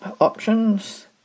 options